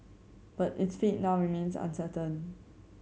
but its fate now remains uncertain